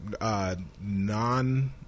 non